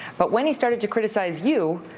but when he started to criticize you,